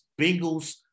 Bengals